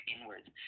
inwards